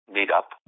Meetup